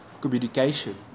communication